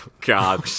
god